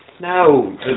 no